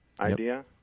idea